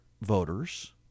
voters